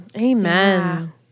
Amen